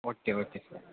okay okay sir